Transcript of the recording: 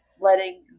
letting